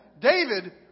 David